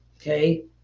Okay